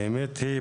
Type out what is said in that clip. האמת היא,